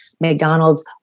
McDonald's